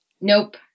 Nope